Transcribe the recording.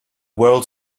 world